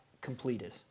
completed